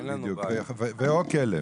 כן, בדיוק, ו/או כלב.